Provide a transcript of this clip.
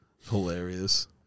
Hilarious